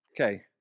Okay